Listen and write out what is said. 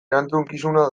erantzukizuna